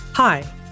Hi